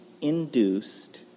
induced